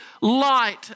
light